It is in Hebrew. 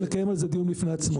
נקיים על זה דיון בפני עצמו.